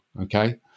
Okay